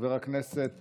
חבר הכנסת